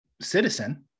citizen